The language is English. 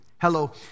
hello